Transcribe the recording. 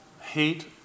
hate